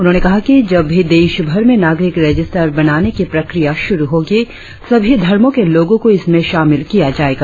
उन्होंने कहा कि जब भी देश भर में नागरिक रजिस्टर बनाने की प्रक्रिया श्रुरु होगी सभी धर्मों के लोगों को इसमें शामिल किया जाएगा